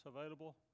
available